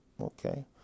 Okay